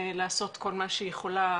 לעשות כל מה שהיא יכולה,